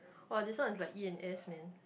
[wah] this one is like E and S man